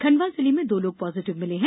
खंडवा जिले में दो लोग पॉजिटिव मिले हैं